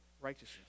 righteousness